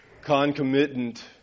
concomitant